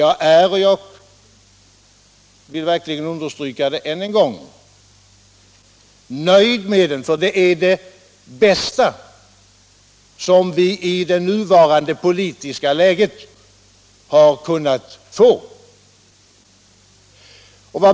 Jag är — jag vill verkligen understryka det än en gång — nöjd med den i så måtto att den är det bästa som vi i det nuvarande politiska läget har kunnat få.